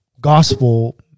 gospel